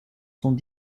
sont